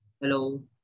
Hello